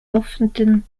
often